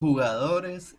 jugadores